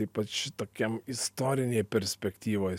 ypač tokiam istorinėj perspektyvoj